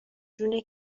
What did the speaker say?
جون